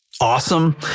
awesome